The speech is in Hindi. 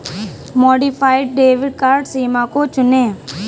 मॉडिफाइड डेबिट कार्ड सीमा को चुनें